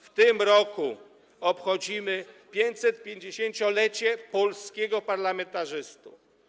W tym roku obchodzimy 550-lecie polskiego parlamentaryzmu.